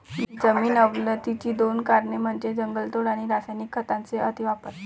जमीन अवनतीची दोन कारणे म्हणजे जंगलतोड आणि रासायनिक खतांचा अतिवापर